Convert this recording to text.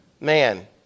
Man